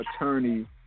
Attorney